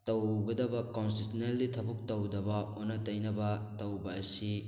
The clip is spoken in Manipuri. ꯇꯧꯒꯗꯕ ꯀꯣꯟꯁꯤꯁꯅꯦꯜꯂꯤ ꯊꯕꯛ ꯇꯧꯗꯕ ꯑꯣꯟꯅ ꯇꯩꯅꯕ ꯇꯧꯕ ꯑꯁꯤ